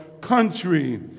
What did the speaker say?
country